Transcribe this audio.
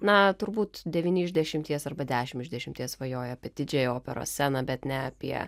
na turbūt devyni iš dešimties arba dešim iš dešimties svajoja apie didžiąją operos sceną bet ne apie